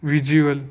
visual